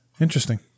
Interesting